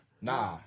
Nah